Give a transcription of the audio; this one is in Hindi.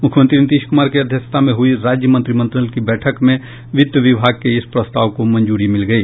मुख्यमंत्री नीतीश कुमार की अध्यक्षता में हुई राज्य मंत्रिमंडल की बैठक में वित्त विभाग के इस प्रस्ताव को मंजूरी मिल गई